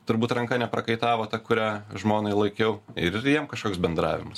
turbūt ranka neprakaitavo ta kurią žmonai laikiau ir ir jiem kažkoks bendravimas